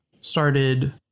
started